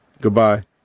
Goodbye